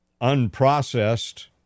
unprocessed